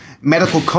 medical